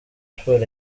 sports